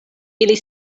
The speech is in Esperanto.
ili